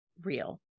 real